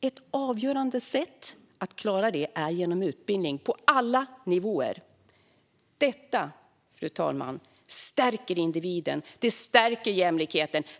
Ett avgörande sätt att klara detta är utbildning - på alla nivåer. Detta, fru talman, stärker individen. Det stärker jämlikheten.